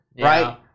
right